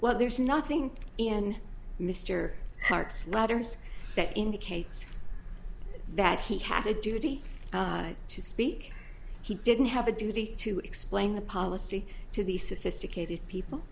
well there's nothing in mr hart letters that indicates that he had a duty to speak he didn't have a duty to explain the policy to these sophisticated people